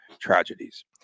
tragedies